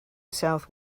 south